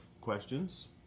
questions